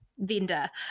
vendor